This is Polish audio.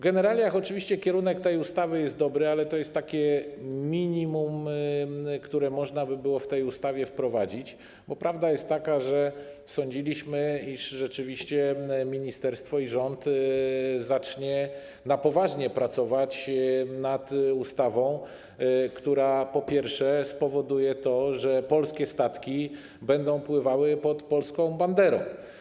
Generalnie kierunek tej ustawy jest dobry, ale to jest takie minimum, które można by było w tej ustawie wprowadzić, bo prawda jest taka, że sądziliśmy, iż rzeczywiście ministerstwo i rząd zaczną na poważnie pracować nad ustawą, która, po pierwsze, spowoduje to, że polskie statki będą pływały pod polską banderą.